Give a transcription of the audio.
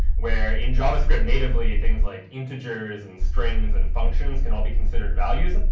where in javascript natively, things like integers and strings and functions can all be considered values, ah